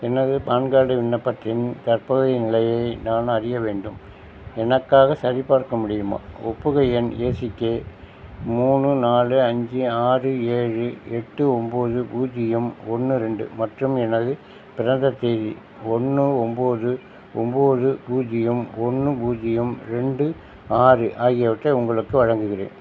எனது PAN card விண்ணப்பத்தின் தற்போதைய நிலையை நான் அறிய வேண்டும் எனக்காக சரிபார்க்க முடியுமா ஒப்புகை எண் ஏ சி கே மூணு நாலு அஞ்சு ஆறு ஏழு எட்டு ஒம்போது பூஜ்ஜியம் ஒன்று ரெண்டு மற்றும் எனது பிறந்த தேதி ஒன்று ஒம்போது ஒம்போது பூஜ்ஜியம் ஒன்று பூஜ்ஜியம் ரெண்டு ஆறு ஆகியவற்றை உங்களுக்கு வழங்குகிறேன்